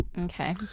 Okay